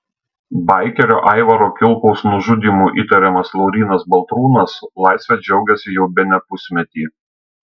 baikerio aivaro kilkaus nužudymu įtariamas laurynas baltrūnas laisve džiaugiasi jau bene pusmetį